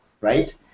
Right